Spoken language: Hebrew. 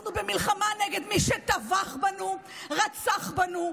אנחנו במלחמה נגד מי שטבח בנו, רצח בנו,